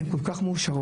הן כל כך מאושרות,